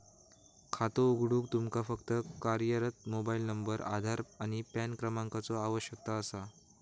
खातो उघडूक तुमका फक्त कार्यरत मोबाइल नंबर, आधार आणि पॅन क्रमांकाचो आवश्यकता असा